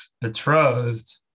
betrothed